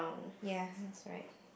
ya that's right